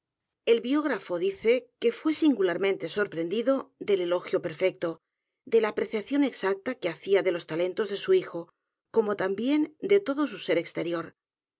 el biógrafo dice que fué singularmente sorprendido del elogio perfecto de la apreciación exacta que hacía de los talentos de su hijo como también de todo su ser exterior